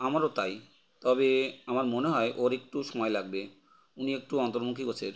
আমারও তাই তবে আমার মনে হয় ওর একটু সময় লাগবে উনি একটু অন্তর্মুখী গোছের